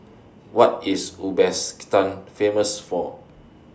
What IS Uzbekistan Famous For